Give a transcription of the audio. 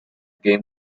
game